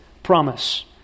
promise